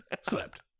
Slept